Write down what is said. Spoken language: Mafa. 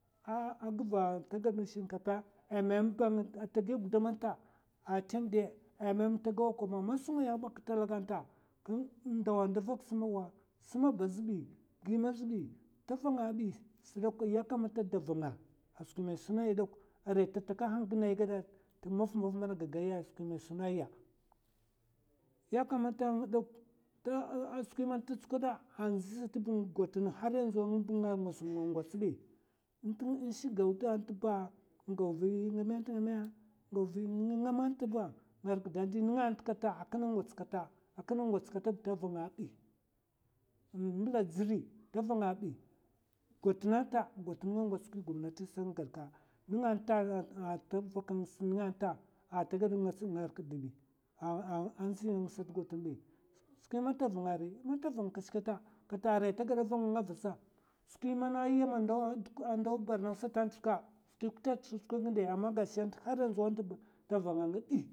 A gva ta gad ma shinkapa, a mèmè ba ata giya gudam nta, a tèm dè, a mèmè ta gawa koba. ma sukwi ngaya ba k'talag nta dawan da vak smawa sma ba zbi, gimè zbi ta vanga bi sdok, ya kamata da vanga, a skwin mè suna yi dok arai ta takahan gina tmafmaf mana gagaya a man i suna ya. ya kamata ng dok a skwi man ta tsukwada ndzi stba haryanzu nga gwats bi, in shik gawda tntba in gaw vi ngèmè ntmè? Ngaw vi ngangam ntba nga rak da ndi ngant kat a kina ngwats kata, a kina ngwats katb ta vanga bi. mbla giri ta vanga bi gwatn nta gwatn nga ngwats skwi gomnati sa nga gad ka, ngan ta ata vakangs, nga'nta ata gads nga rakd bi a ndzi sat gwatn nga rakd bi. skwi man ta vanga ri vang kashkata arai tagada vang nga vasa. skwi man yam ndaw borno satan'nt ka skwi kutè ta tsukwa gin dè? Ama gashi nta haryanzu ta vanga ng bi